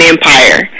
Empire